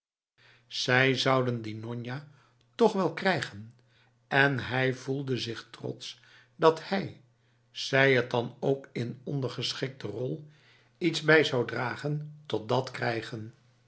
zij zouden die njonja toch wel krijgen en hij voelde zich trots dat hij zij het dan ook in ondergeschikte rol iets bij zou dragen tot dat krijgen'l